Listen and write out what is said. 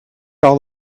all